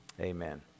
Amen